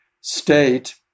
State